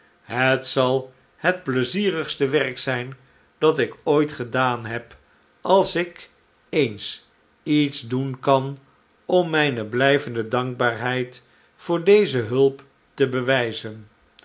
het zal het pleizierigste werk zijn dat ik ooit gedaan heb als ik eens iets doen kan om mijne blijvende dankbaarheid voor deze hulp te bewijzen